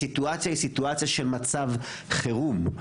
הסיטואציה היא סיטואציה של מצב חירום.